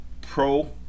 pro